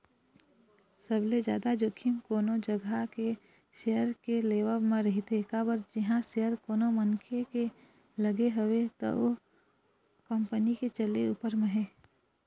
सबले जादा जोखिम कोनो जघा के सेयर के लेवब म रहिथे काबर जिहाँ सेयर कोनो मनखे के लगे हवय त ओ कंपनी के चले ऊपर म हे